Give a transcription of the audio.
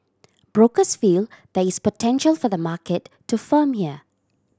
brokers feel there is potential for the market to firm here